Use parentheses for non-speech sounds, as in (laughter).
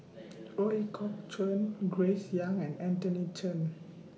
(noise) Ooi Kok Chuen Grace Young and Anthony Chen